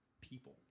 people